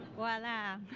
voila.